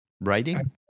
Writing